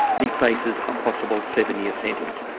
he faces a possible seven year sentence.